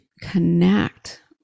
connect